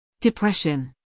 Depression